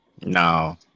No